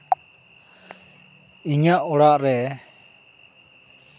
ᱤᱧᱟᱹᱜ ᱚᱲᱟᱜ ᱨᱮ